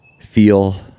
feel